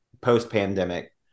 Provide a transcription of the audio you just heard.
post-pandemic